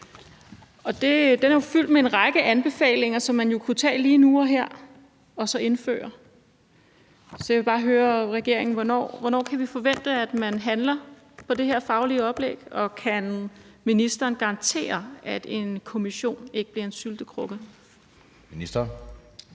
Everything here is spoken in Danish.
Og det er jo fyldt med en række anbefalinger, som man kunne tage lige nu og her og indføre. Så jeg vil bare høre regeringen, hvornår vi kan forvente, at man handler på det her faglige oplæg, og kan ministeren garantere, at en kommission ikke bliver en syltekrukke? Kl.